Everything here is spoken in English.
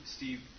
Steve